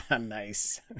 Nice